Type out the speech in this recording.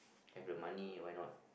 if you have money why not